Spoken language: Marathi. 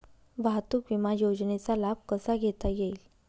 वाहतूक विमा योजनेचा लाभ कसा घेता येईल?